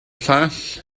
llall